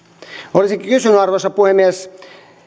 olisin kysynyt arvoisa puhemies